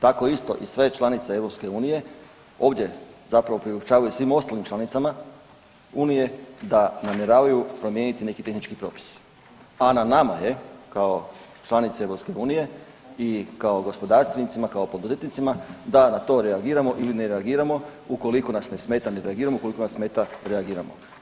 Tako isto i sve članice EU ovdje zapravo priopćavaju svim ostalim članicama unije da namjeravaju promijeniti neki tehnički propis, a na nama je kao članici EU i kao gospodarstvenicima, kao poduzetnicima da na to reagiramo ili ne reagiramo ukoliko nas ne smeta ne reagiramo, ukoliko nas smeta reagiramo.